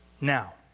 Now